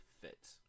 fit